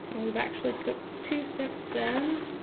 and we've actually cooked two since then.